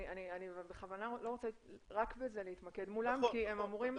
אני בכוונה לא רוצה רק בזה להתמקד מולם כי הם אמורים